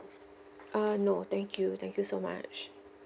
uh no thank you thank you so much